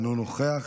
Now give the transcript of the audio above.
אינו נוכח,